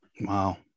Wow